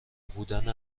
بودن